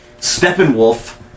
Steppenwolf